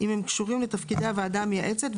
אם הם קשורים לתפקידי הוועדה המייעצת,